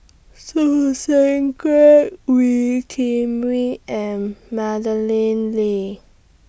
Choo Seng Quee Wee Kim Wee and Madeleine Lee